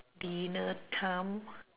dinner time